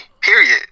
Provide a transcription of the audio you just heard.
period